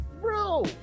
bro